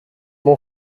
mon